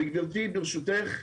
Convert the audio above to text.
וגברתי, ברשותך,